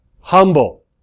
humble